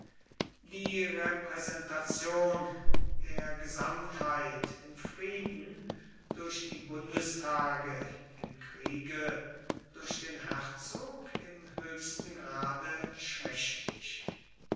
die repräsentation der gesamtheit im frieden durch die bundestage im kriege durch den herzog im höchsten grade schwächlich